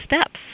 steps